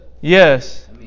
Yes